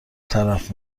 طرف